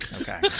okay